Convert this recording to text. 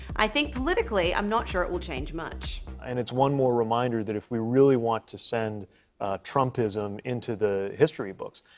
i think politically i'm not sure it will change much. and it's one more reminder that if we really want to send trumpism into the history books,